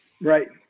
Right